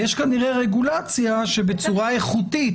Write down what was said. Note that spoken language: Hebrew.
ויש כנראה רגולציה בצורה איכותית